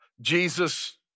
Jesus